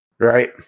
Right